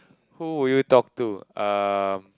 who would you talk to um